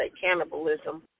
cannibalism